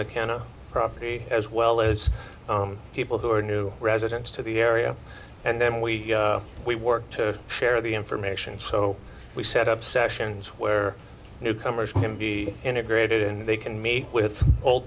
mckenna property as well as people who are new residents to the area and then we we work to share the information so we set up sessions where newcomers from him be integrated and they can meet with old